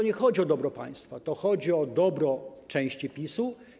Nie chodzi o dobro państwa, chodzi o dobro części PiS-u.